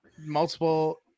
multiple